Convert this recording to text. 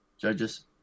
judges